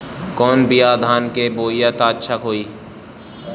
कौन बिया धान के बोआई त अच्छा होई?